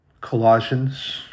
Colossians